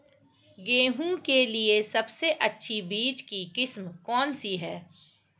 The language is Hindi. गेहूँ के लिए सबसे अच्छी बीज की किस्म कौनसी है?